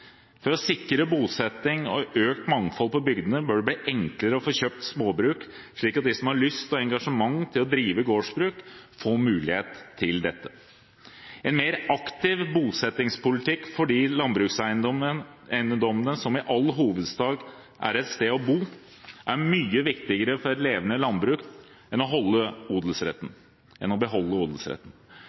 For å sikre bosetting og økt mangfold på bygdene bør det bli enklere å få kjøpt småbruk, slik at de som har lyst og engasjement til å drive gårdsbruk, får mulighet til dette. En mer aktiv bosettingspolitikk for de landbrukseiendommene som i all hovedsak er et sted å bo, er mye viktigere for et levende landbruk enn å beholde odelsretten.